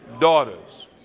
daughters